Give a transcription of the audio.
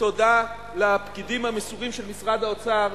ותודה לפקידים המסורים של משרד האוצר.